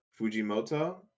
Fujimoto